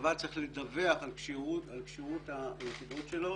שהצבא צריך לדווח על כשירות היחידות שלו